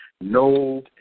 No